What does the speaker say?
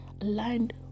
aligned